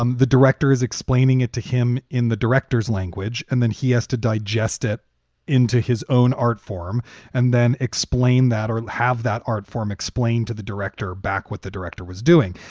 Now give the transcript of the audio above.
um the director is explaining it to him in the director's language and then he has to digest it into his own art form and then explain that or have that art form explained to the director back what the director was doing.